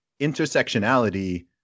intersectionality